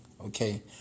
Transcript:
Okay